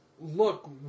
look